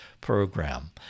program